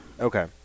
Okay